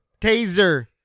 Taser